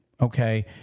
Okay